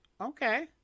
Okay